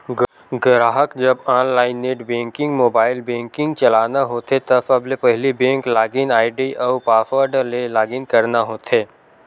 गराहक जब online net banking, mobile banking चलाना होथे त सबले पहिली बेंक लॉगिन आईडी अउ पासवर्ड ले लॉगिन करना होथे